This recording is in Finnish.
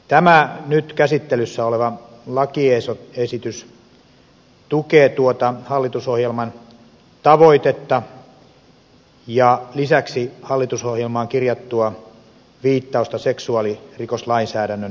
tämä nyt käsittelyssä oleva lakiesitys tukee tuota hallitusohjelman tavoitetta ja lisäksi hallitusohjelmaan kirjattua viittausta seksuaalirikoslainsäädännön kiristämisestä